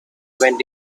went